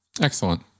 Excellent